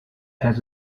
has